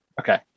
Okay